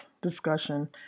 discussion